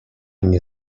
nie